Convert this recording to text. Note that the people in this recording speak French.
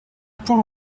point